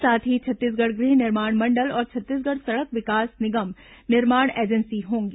साथ ही छत्तीसगढ़ गृह निर्माण मंडल और छत्तीसगढ़ सड़क विकास निगम निर्माण एजेंसी होंगे